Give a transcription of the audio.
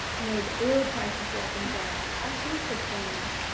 you know the oil prices go up and down, all sorts of things.